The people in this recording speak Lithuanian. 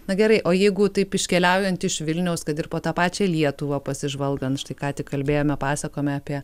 na gerai o jeigu taip iškeliaujant iš vilniaus kad ir po tą pačią lietuvą pasižvalgant štai ką tik kalbėjome pasakojom apie